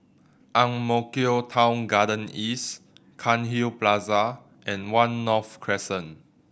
Ang Mo Kio Town Garden East Cairnhill Plaza and One North Crescent